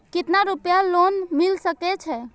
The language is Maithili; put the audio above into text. केतना रूपया लोन मिल सके छै?